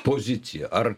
pozicija ar